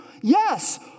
Yes